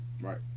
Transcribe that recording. right